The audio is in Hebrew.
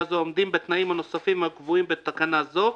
זו העומדים בתנאים הנוספים הקבועים בתקנות אלה,